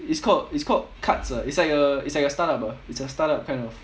it's called it's called cards ah it's like a it's like a start up ah it's a start up kind of